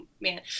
man